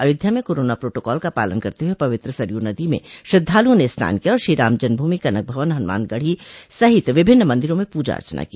अयोध्या में corona protocol का पालन करते हुए पवित्र सरयू नदी में श्रद्वालुओं ने स्नान किया और श्रीराम जन्मभूमि कनक भवन और हनुमान गढ़ी सहित विभिन्न मंदिरों म पूजा अर्चना की